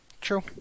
True